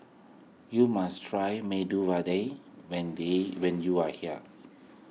you must try Medu Vada when they when you are here